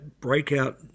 breakout